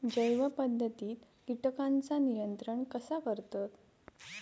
जैव पध्दतीत किटकांचा नियंत्रण कसा करतत?